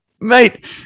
mate